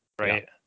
right